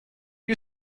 you